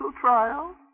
trial